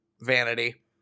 vanity